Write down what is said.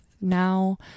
now